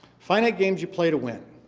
finite games, you play to win.